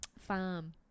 farm